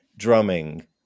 drumming